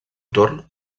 torn